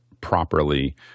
properly